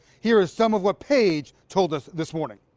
here's some of what page told us this morning.